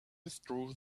withdrew